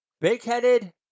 big-headed